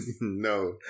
No